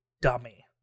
dummy